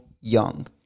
young